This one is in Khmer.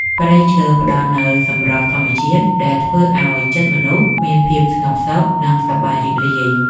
ព្រៃឈើផ្តល់នូវសម្រស់ធម្មជាតិដែលធ្វើឱ្យចិត្តមនុស្សមានភាពស្ងប់សុខ និងសប្បាយរីករាយ។